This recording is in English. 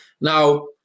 Now